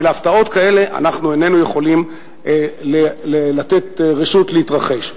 ולהפתעות כאלה איננו יכולים לתת רשות להתרחש.